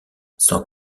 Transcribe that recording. sans